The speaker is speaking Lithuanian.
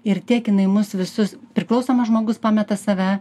ir tiek jinai mus visus priklausomas žmogus pameta save